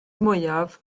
mwyaf